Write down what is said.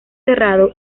cerrado